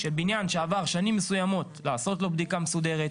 שבניין שעבר שנים מסוימות לעשות לו בדיקה מסודרת,